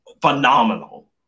phenomenal